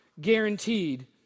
guaranteed